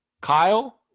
Kyle